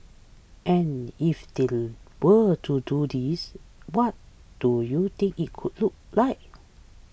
and if they were to do this what do you think it could look like